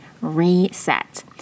reset